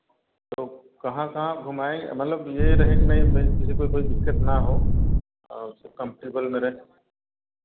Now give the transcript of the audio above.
कहाँ कहाँ घुमाएँ मतलब यह रहे नहीं कि भई किसी को कोई दिक्कत ना हो और सब कम्फ़र्टेबल में रहें